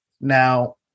now